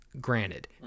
Granted